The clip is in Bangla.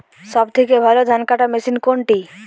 সবথেকে ভালো ধানকাটা মেশিন কোনটি?